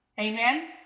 amen